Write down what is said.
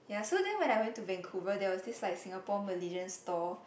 ya so then when I went to Vancouver there was dish like Singapore Malaysian store